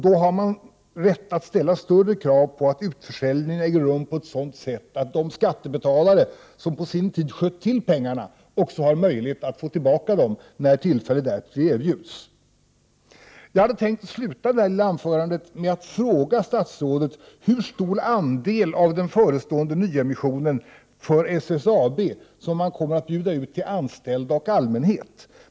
Då har man rätt att ställa större krav på att utförsäljningen äger rum på ett sådant sätt att de skattebetalare som på sin tid sköt till pengarna också har möjlighet att få tillbaka dem när tillfälle därtill erbjuds. Jag hade tänkt sluta detta lilla anförande med att fråga statsrådet hur stor andel av den förestående nyemissionen för SSAB som kommer att bjudas ut till anställda och allmänhet.